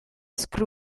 screw